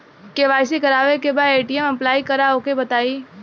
KYC करावे के बा ए.टी.एम अप्लाई करा ओके बताई?